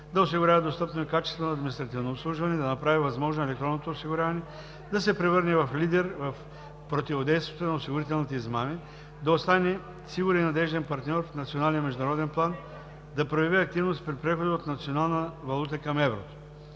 да осигурява достъпно и качествено административно обслужване; да направи възможно електронното осигуряване; да се превърне в лидер в противодействието на осигурителните измами; да остане сигурен и надежден партньор в национален и международен план; да прояви активност при прехода от национална валута към еврото.